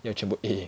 要全部 A